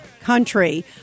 country